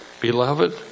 Beloved